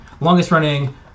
longest-running